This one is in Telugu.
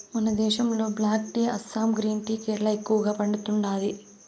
మన దేశంలో black tea Assam green tea Kerala ఎక్కువగా పండతాండాది